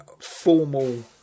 formal